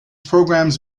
programmes